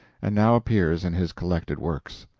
and now appears in his collected works.